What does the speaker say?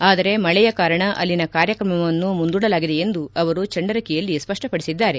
ಆದರೆ ಮಳೆಯ ಕಾರಣ ಅಲ್ಲಿನ ಕಾರ್ಯಕ್ರಮವನ್ನು ಮುಂದೂಡಲಾಗಿದೆ ಎಂದು ಅವರು ಚಂಡರಕಿಯಲ್ಲಿ ಸ್ಪಪ್ಟಪಡಿಸಿದ್ದಾರೆ